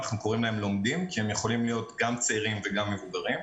אנחנו קוראים להם לומדים כי הם יכולים להיות גם צעירים וגם מבוגרים.